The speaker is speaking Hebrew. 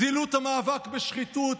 זילות המאבק בשחיתות,